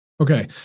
Okay